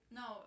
no